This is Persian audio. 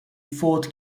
فوت